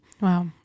Wow